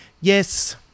Yes